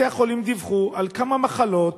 בתי-החולים דיווחו על כמה מחלות.